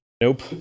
Nope